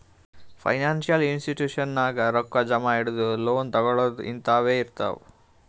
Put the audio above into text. financial institution ನಾಗ್ ರೊಕ್ಕಾ ಜಮಾ ಇಡದು, ಲೋನ್ ತಗೋಳದ್ ಹಿಂತಾವೆ ಇರ್ತಾವ್